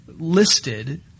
listed